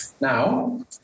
Now